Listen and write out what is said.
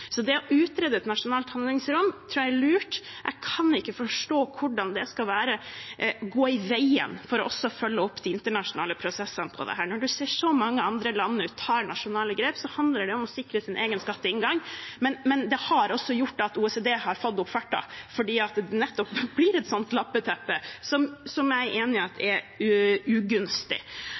Så det å utrede et nasjonalt handlingsrom tror jeg er lurt. Jeg kan ikke forstå hvordan det skal stå i veien for også å følge opp de internasjonale prosessene i dette. Når så mange andre land tar nasjonale grep, handler det om å sikre sin egen skatteinngang, men det har også gjort at OECD har fått opp farten nettopp fordi det blir et slikt lappeteppe, som jeg er enig i er ugunstig.